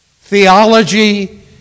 theology